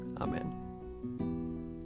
amen